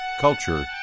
culture